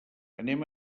anem